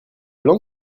blanc